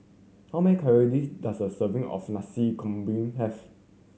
how many calories does a serving of Nasi Campur have